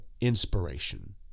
inspiration